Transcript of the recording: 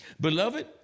Beloved